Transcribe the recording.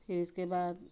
फिर इसके बाद